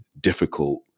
difficult